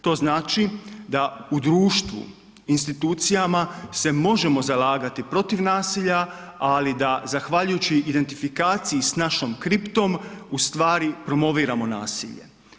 To znači da u društvu institucijama se možemo zalagati protiv nasilja, ali da zahvaljujući identifikaciji sa našom kriptom ustvari promoviramo nasilje.